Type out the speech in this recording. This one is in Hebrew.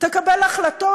תקבל החלטות.